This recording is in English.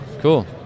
cool